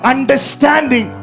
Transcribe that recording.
Understanding